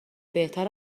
بهتر